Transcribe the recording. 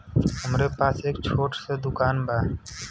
हमरे पास एक छोट स दुकान बा